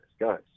guys